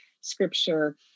scripture